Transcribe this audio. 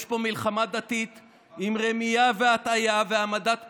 יש פה מלחמה דתית עם רמייה והטעיה והעמדת פנים,